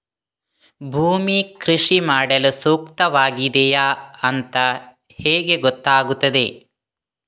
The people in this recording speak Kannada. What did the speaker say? ಭೂಮಿ ಕೃಷಿ ಮಾಡಲು ಸೂಕ್ತವಾಗಿದೆಯಾ ಅಂತ ಹೇಗೆ ಗೊತ್ತಾಗುತ್ತದೆ?